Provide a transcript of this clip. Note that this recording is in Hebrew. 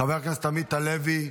חבר הכנסת עמית הלוי,